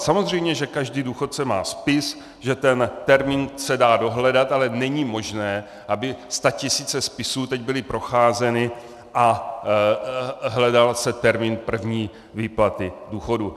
Samozřejmě že každý důchodce má spis, že ten termín se dá dohledat, ale není možné, aby statisíce spisů teď byly procházeny a hledal se termín první výplaty důchodu.